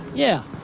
yeah.